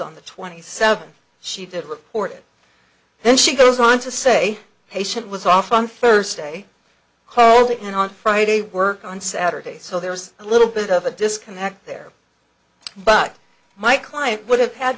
on the twenty seventh she did report it then she goes on to say patient was off on thursday called in on friday work on saturday so there was a little bit of a disconnect there but my client would have had